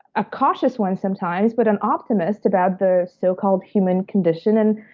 a cautious one sometimes, but an optimist about the so called human condition. and